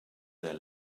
their